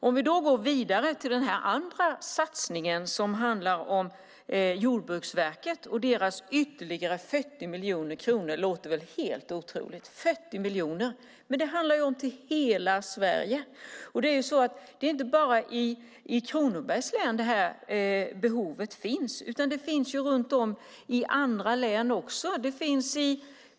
Om vi då går vidare till den andra satsningen som handlar om Jordbruksverket och deras ytterligare 40 miljoner kronor - det låter väl helt otroligt - är det till hela Sverige. Och det är inte bara i Kronobergs län som det här behovet finns, utan det finns också i andra län.